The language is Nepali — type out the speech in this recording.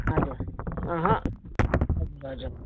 हजुर अहँ हजुर हजुर